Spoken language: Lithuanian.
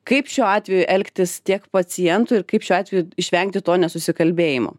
kaip šiuo atveju elgtis tiek pacientui ir kaip šiuo atveju išvengti to nesusikalbėjimo